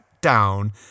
down